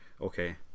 Okay